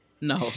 No